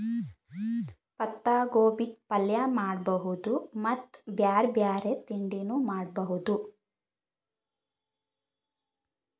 ಪತ್ತಾಗೋಬಿದ್ ಪಲ್ಯ ಮಾಡಬಹುದ್ ಮತ್ತ್ ಬ್ಯಾರೆ ಬ್ಯಾರೆ ತಿಂಡಿನೂ ಮಾಡಬಹುದ್